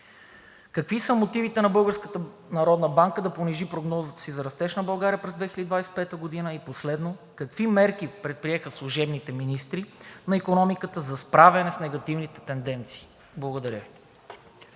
народна банка да понижи прогнозата си за растеж на България през 2025 г.? Какви мерки предприеха служебните министри на икономиката за справяне с негативните тенденции? Благодаря